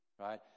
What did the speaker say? right